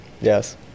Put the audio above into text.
Yes